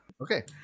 Okay